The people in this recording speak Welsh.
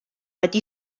wedi